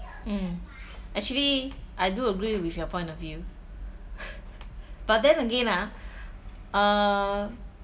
mm actually I do agree with your point of view but then again ah uh